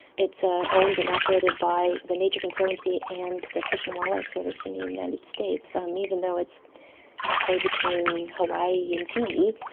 it's ah owned and operated by the nature conservancy and the fish and wildlife service in the united states, um even though it's halfway between hawaii and fiji,